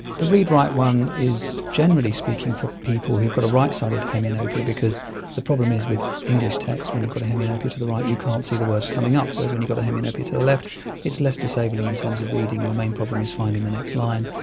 the read-right one is generally speaking for people who've got a right-sided hemianopia because the problem is with english text, when you've got a hemianopia to the right you can't see the words coming up, whereas when you've got a hemianopia to the left it's less disabling in terms of reading, your main problem is finding the next line,